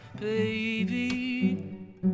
Baby